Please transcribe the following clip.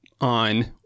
on